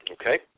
Okay